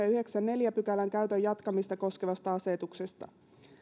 ja yhdeksänkymmentäneljä käytön jatkamista koskevasta asetuksesta